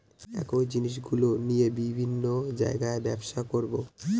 একই জিনিসগুলো নিয়ে বিভিন্ন জায়গায় ব্যবসা করবো